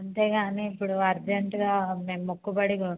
అంతే కానీ ఇప్పుడు అర్జెంట్గా మేము మొక్కుబడి కో